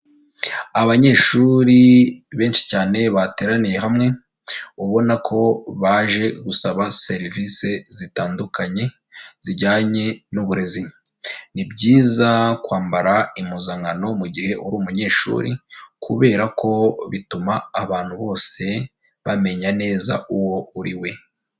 Abanyeshuri benshi cyane bateraniye hamwe, ubona ko baje gusaba serivisi zitandukanye zijyanye n'uburezi ni byiza kwambara impuzankano mu gihe uri umunyeshuri, kubera ko bituma abantu bose bamenya neza uwo uri we.